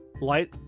Light